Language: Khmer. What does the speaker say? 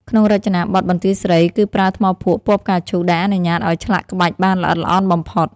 ក្នុងរចនាបថបន្ទាយស្រី គឺប្រើថ្មភក់ពណ៌ផ្កាឈូកដែលអនុញ្ញាតឱ្យឆ្លាក់ក្បាច់បានល្អិតល្អន់បំផុត។